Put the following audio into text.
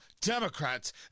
Democrats